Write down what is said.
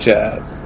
Jazz